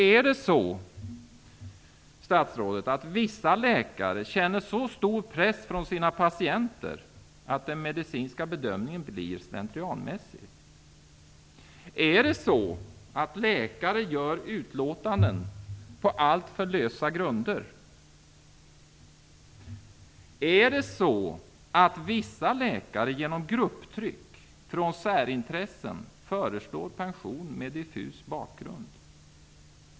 Är det så, statsrådet, att vissa läkare känner så stor press från sina patienter att den medicinska bedömningen blir slentrianmässig? Är det så att läkare gör utlåtanden på alltför lösa grunder? Är det så att vissa läkare genom grupptryck från särintressen förslår pension med diffus bakgrund?